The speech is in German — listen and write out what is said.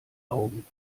augen